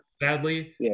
sadly